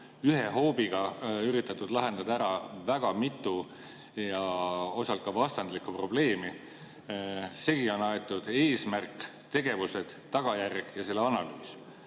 ühe hoobiga üritatud lahendada väga mitut ja osalt ka vastandlikku probleemi. Segi on aetud eesmärk, tegevused, tagajärg ja selle analüüs,